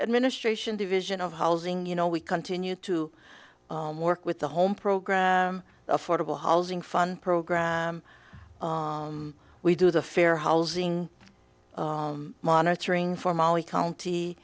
administration division of housing you know we continue to work with the home program affordable housing fun program we do the fair housing monitoring for molly county